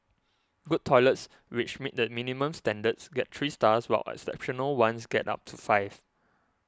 good toilets which meet the minimum standards get three stars while exceptional ones get up to five